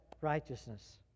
righteousness